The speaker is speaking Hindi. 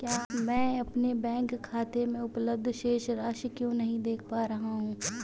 मैं अपने बैंक खाते में उपलब्ध शेष राशि क्यो नहीं देख पा रहा हूँ?